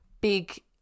big